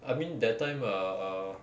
I mean that time err err